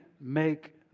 make